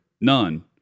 none